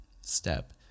step